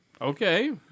Okay